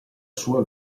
sua